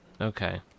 Okay